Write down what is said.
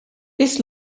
this